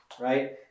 right